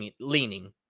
leaning